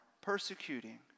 persecuting